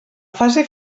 fase